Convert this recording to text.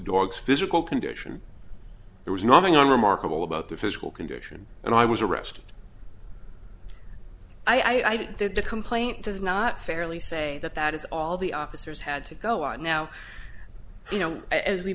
dog's physical condition there was nothing remarkable about the physical condition and i was arrested i did the complaint does not fairly say that that is all the officers had to go on now you know as we